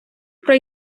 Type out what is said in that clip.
про